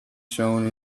shown